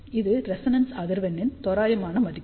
இது ரெசொணன்ஸ் அதிர்வெண்ணின் தோராயமான மதிப்பு